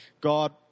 God